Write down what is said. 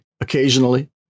occasionally